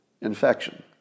infection